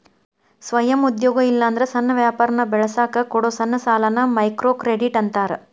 ಸ್ವಯಂ ಉದ್ಯೋಗ ಇಲ್ಲಾಂದ್ರ ಸಣ್ಣ ವ್ಯಾಪಾರನ ಬೆಳಸಕ ಕೊಡೊ ಸಣ್ಣ ಸಾಲಾನ ಮೈಕ್ರೋಕ್ರೆಡಿಟ್ ಅಂತಾರ